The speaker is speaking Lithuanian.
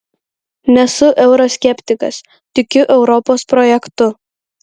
nesu euroskeptikas tikiu europos projektu